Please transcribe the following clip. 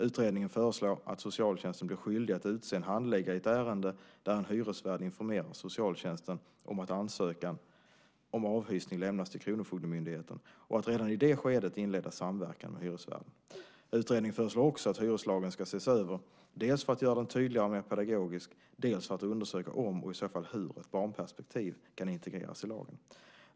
Utredningen föreslår att socialtjänsten blir skyldig att utse en handläggare i ett ärende där en hyresvärd informerar socialtjänsten om att ansökan om avhysning lämnats till kronofogdemyndigheten och att redan i det skedet inleda samverkan med hyresvärden. Utredningen föreslår också att hyreslagen ska ses över dels för att göra den tydligare och mer pedagogisk, dels för att undersöka om och i så fall hur ett barnperspektiv kan integreras i lagen.